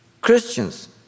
Christians